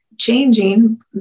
changing